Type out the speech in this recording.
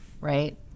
right